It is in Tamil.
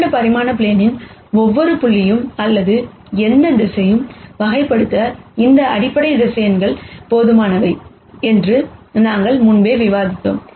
2 பரிமாண ப்ளேனின் ஒவ்வொரு புள்ளியையும் அல்லது எந்த திசையையும் வகைப்படுத்த இந்த அடிப்படை வெக்டார் போதுமானவை என்று நாங்கள் முன்பு விவரித்தோம்